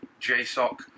JSOC